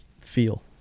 feel